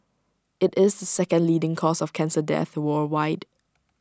IT is the second leading cause of cancer death worldwide